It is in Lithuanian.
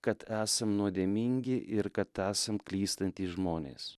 kad esam nuodėmingi ir kad esam klystantys žmonės